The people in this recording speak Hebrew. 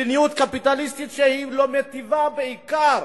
מדיניות קפיטליסטית שלא מיטיבה בעיקר